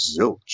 Zilch